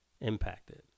impacted